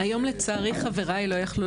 לצערי, חבריי לא יכלו